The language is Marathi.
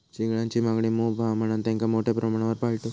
चिंगळांची मागणी मोप हा म्हणान तेंका मोठ्या प्रमाणावर पाळतत